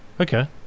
Okay